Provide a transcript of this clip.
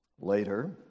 Later